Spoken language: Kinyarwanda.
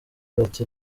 bati